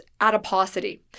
adiposity